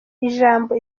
ijambo